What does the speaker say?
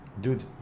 Dude